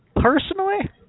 personally